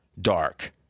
dark